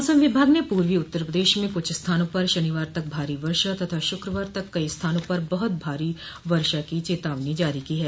मौसम विभाग ने पूर्वी उत्तर प्रदेश में कुछ स्थानों पर शनिवार तक भारी वर्षा तथा श्रकवार तक कई स्थानों पर बहुत भारी वर्षा की चेतावनी जारी की है